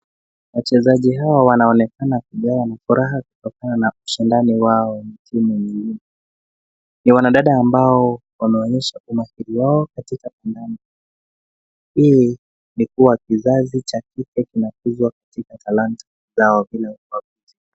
Wachezaji hawa wanaonekana kulewa na furaha kutokana na ushindani wao na timu mzima. Ni wanadada ambao wanaonyesha umahiri wao katika kadanda. Hii ni kuwa kizazi cha kike kinakuzwa katika talanta zao bila kuwaficha.